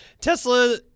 Tesla